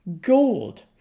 Gold